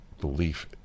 belief